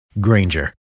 Granger